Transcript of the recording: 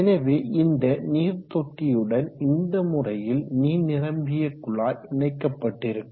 எனவே இந்த நீர்த்தொட்டியுடன் இந்த முறையில் நீர் நிரம்பிய குழாய் இணைக்கப்பட்டிருக்கும்